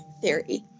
theory